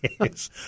yes